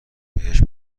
بهش